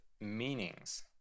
meanings